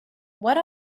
what